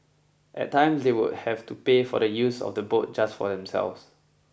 at times they would have to pay for the use of the boat just for themselves